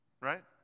Right